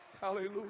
Hallelujah